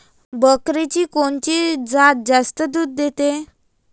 बकरीची कोनची जात जास्त दूध देते?